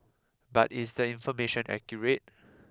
but is the information accurate